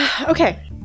Okay